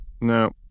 no